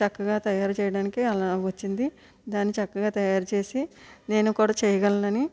చక్కగా తయారు చేయడానికి అలా వచ్చింది దాన్ని చక్కగా తయారు చేసి నేను కూడా చేయగలనని